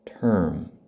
term